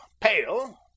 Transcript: pale